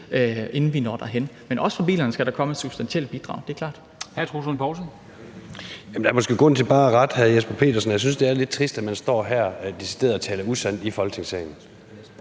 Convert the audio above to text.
inden vi når derhen. Men også for bilerne skal der komme et substantielt bidrag;